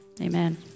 Amen